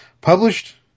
Published